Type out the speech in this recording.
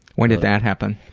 when did that happen?